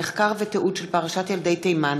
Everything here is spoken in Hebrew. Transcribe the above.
מחקר ותיעוד של פרשת ילדי תימן,